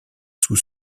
sous